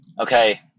Okay